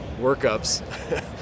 workups